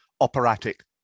operatic